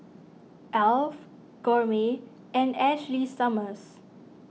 Alf Gourmet and Ashley Summers